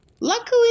Luckily